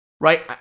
right